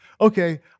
okay